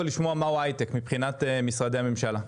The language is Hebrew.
לשמוע מהו היי-טק מבחינת משרדי ממשלה.